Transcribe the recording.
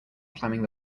climbing